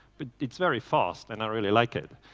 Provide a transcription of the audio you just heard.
but it's very fast and i really like it.